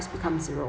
~ce become zero